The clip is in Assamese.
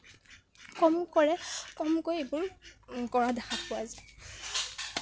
কম কৰে কমকৈ এইবোৰ কৰা দেখা পোৱা যায়